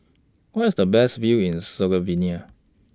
Where IS The Best View in Slovenia